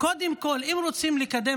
קודם כול שאם רוצים לקדם